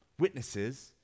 witnesses